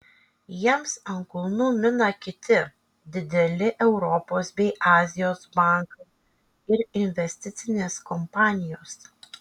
jiems ant kulnų mina kiti dideli europos bei azijos bankai ir investicinės kompanijos